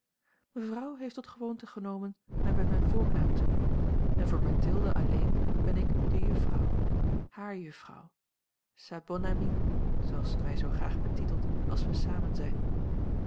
mevrouw heeft tot gewoonte genomen mij bij mijn voornaam te noemen en voor mathilde alleen ben ik de juffrouw haar juffrouw sa bonne amie zooals ze mij zoo graag betitelt als wij samen zijn